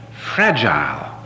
fragile